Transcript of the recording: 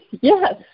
Yes